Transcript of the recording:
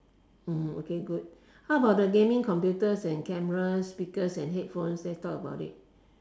mm okay good how about the gaming computers and cameras speakers and headphones let's talk about it